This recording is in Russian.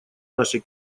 нашей